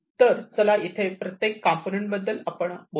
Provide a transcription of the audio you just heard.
तर चला येथे असलेल्या प्रत्येक कंपोनेंट बद्दल आपण बघू